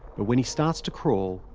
but when he starts to crawl,